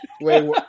Wait